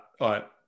right